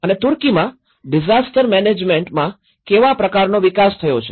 અને તુર્કીમાં ડિઝાસ્ટર મેનેજમેન્ટમાં કેવા પ્રકારનો વિકાસ થયો છે